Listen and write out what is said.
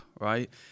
right